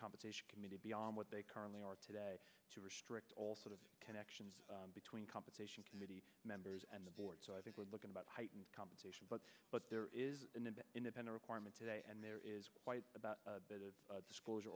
competition committee beyond what they currently are today to restrict all sort of connections between compensation committee members and the board so i think we're looking about heightened compensation but but there is an independent requirement today and there is quite about disclosure